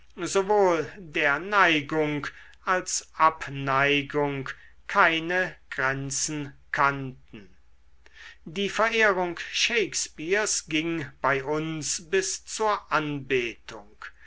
sowohl der neigung als abneigung keine grenzen kannten die verehrung shakespeares ging bei uns bis zur anbetung